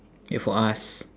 wait for us